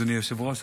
אדוני היושב-ראש,